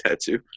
tattoo